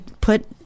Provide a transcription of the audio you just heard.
put